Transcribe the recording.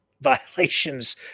violations